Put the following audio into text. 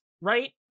right